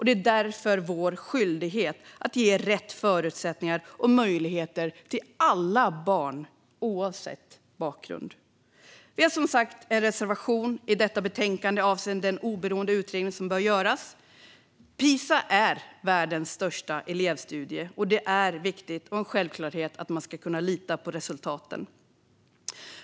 Det är därför vår skyldighet att ge rätt förutsättningar och möjligheter till alla barn, oavsett bakgrund. Vi har som sagt en reservation i detta betänkande avseende den oberoende utredning som bör göras. PISA är världens största elevstudie, och det är viktigt och en självklarhet att man ska kunna lita på resultaten.